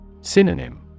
Synonym